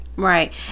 Right